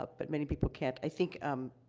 ah but many people can't. i think, um,